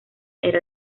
era